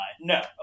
No